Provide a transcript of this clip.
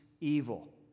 evil